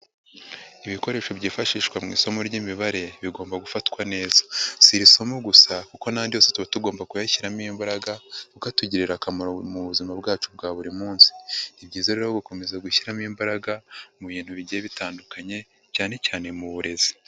Ibikoresho byifashishwa mu isomo ry'Imibare bigomba gufatwa neza, si iri somo gusa kuko n'ayandi yose tuba tugomba kuyashyiramo imbaraga kuko atugirira akamaro mu buzima bwacu bwa buri munsi, ni byiza rero gukomeza gushyiramo imbaraga mu bintu bigiye bitandukanye cyane cyane mu burezi.